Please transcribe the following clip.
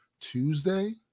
Tuesday